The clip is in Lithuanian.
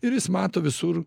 ir jis mato visur